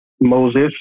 Moses